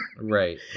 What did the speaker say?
Right